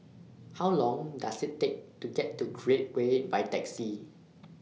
How Long Does IT Take to get to Create Way By Taxi